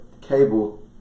cable